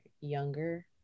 younger